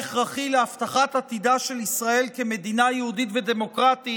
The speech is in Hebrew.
הכרחי להבטחת עתידה של ישראל כמדינה יהודית ודמוקרטית,